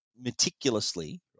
meticulously